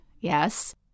yes